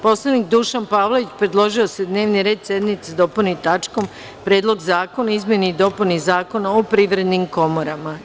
Poslanik Dušan Pavlović, predložio je da se dnevni red sednice dopuni tačkom – Predlog zakona o izmeni i dopuni Zakona o privrednim komorama.